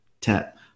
tap